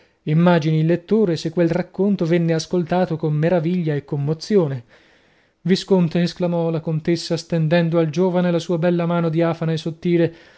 immagini il lettore se quel racconto venne ascoltato con meraviglia e commozione visconte esclamò la contessa stendendo al giovane la sua bella mano diafana e sottile la